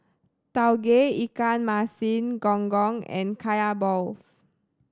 Tauge Ikan Masin Gong Gong and Kaya balls